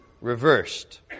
reversed